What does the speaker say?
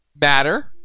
matter